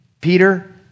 Peter